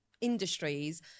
industries